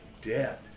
dead